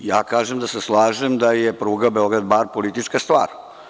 Ja kažem da se slažem da je pruga Beograd-Bar politička stvar.